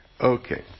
Okay